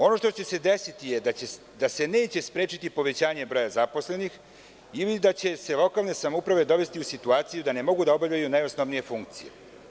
Ono što će se desiti jeste da se neće sprečiti povećanje broja zaposlenih ili da će se lokalne samouprave dovesti u situaciju da ne mogu da obavljaju najosnovnije funkcije.